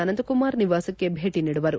ಅನಂತಕುಮಾರ್ ನಿವಾಸಕ್ಕೆ ಭೇಟಿ ನೀಡುವರು